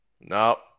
No